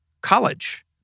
college